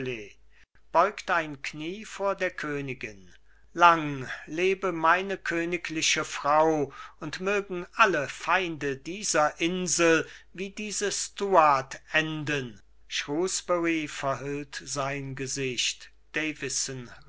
beugt ein knie vor der königin lang lebe meine königliche frau und mögen alle feinde dieser insel wie diese stuart enden shrewsbury verhüllt sein gesicht